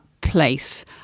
place